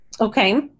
Okay